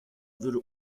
würde